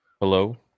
Hello